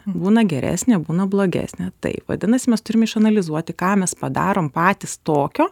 būna geresnė būna blogesnė taip vadinasi mes turim išanalizuoti ką mes padarom patys tokio